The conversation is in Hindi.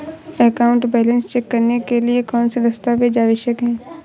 अकाउंट बैलेंस चेक करने के लिए कौनसे दस्तावेज़ आवश्यक हैं?